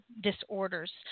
disorders